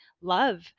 love